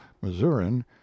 Missourian